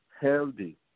healthy